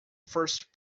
first